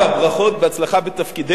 אז, זהבה, ברכה והצלחה בתפקידך.